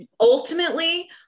ultimately